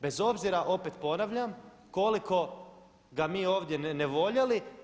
Bez obzira opet ponavljam koliko ga mi ovdje ne voljeli.